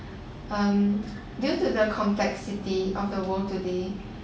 um due to the complexity of the world today